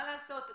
מה לעשות,